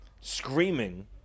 screaming